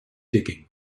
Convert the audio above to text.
digging